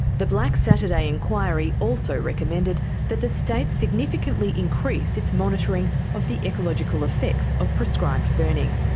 the black saturday inquiry also recommended that the state significantly increase its monitoring of the ecological effects of prescribed burning.